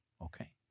okay